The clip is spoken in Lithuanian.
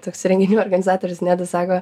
toks renginių organizatorius nedas sako